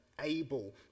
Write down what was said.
able